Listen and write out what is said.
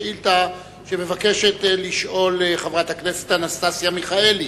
שאילתא שמבקשת לשאול חברת הכנסת אנסטסיה מיכאלי.